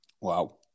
Wow